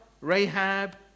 Rahab